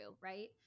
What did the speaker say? right